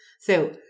So-